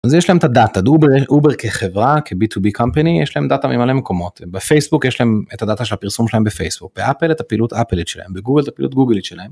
אז יש להם את הדאטה, אובר כחברה כ B2B company יש להם דאטה ממלא מקומות. בפייסבוק יש להם את הדאטה של הפרסום שלהם בפייסבוק באפל את הפעילות אפלית שלהם בגוגל את הפעילות גוגלית שלהם.